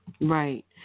Right